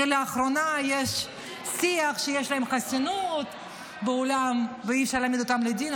כי לאחרונה יש שיח שיש להם חסינות בעולם ואי-אפשר להעמיד אותם לדין.